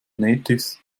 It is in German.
natives